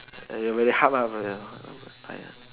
eh very hard lah tired